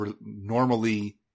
normally